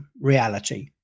reality